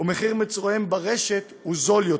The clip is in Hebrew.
ומחירי מוצריהם ברשת נמוכים יותר.